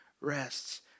rests